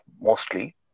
mostly